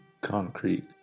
concrete